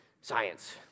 Science